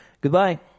Goodbye